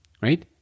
Right